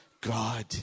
God